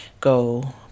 go